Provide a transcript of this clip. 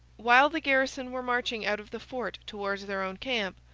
while the garrison were marching out of the fort towards their own camp,